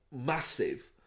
massive